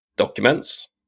Documents